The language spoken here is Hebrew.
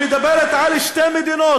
שמדברת על שתי מדינות,